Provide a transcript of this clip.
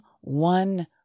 one